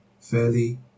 fairly